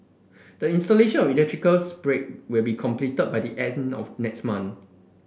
the installation of the electrical break will be completed by the end of next month